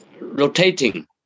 rotating